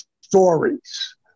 stories